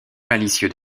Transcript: malicieux